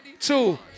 two